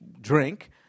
drink